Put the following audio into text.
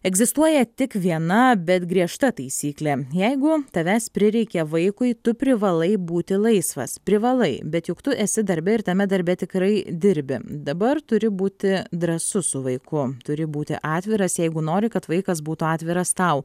egzistuoja tik viena bet griežta taisyklė jeigu tavęs prireikia vaikui tu privalai būti laisvas privalai bet juk tu esi darbe ir tame darbe tikrai dirbi dabar turi būti drąsus su vaiku turi būti atviras jeigu nori kad vaikas būtų atviras tau